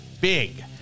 big